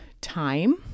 time